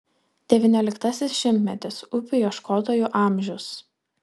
devynioliktasis šimtmetis upių ieškotojų amžius